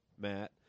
matt